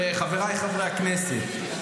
חבריי חברי הכנסת.